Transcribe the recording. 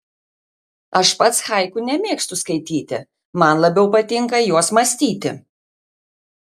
aš pats haiku nemėgstu skaityti man labiau patinka juos mąstyti